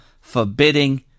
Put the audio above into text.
forbidding